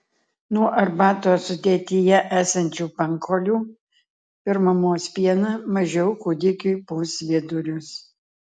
nuo arbatos sudėtyje esančių pankolių per mamos pieną mažiau kūdikiui pūs vidurius